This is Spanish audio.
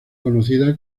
conocida